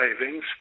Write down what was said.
savings